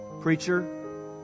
Preacher